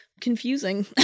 confusing